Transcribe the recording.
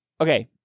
Okay